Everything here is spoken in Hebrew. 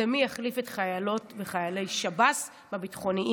זה מי יחליף את חיילות וחיילי שב"ס בביטחוניים.